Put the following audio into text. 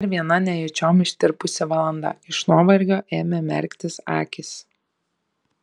dar viena nejučiom ištirpusi valanda iš nuovargio ėmė merktis akys